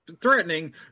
threatening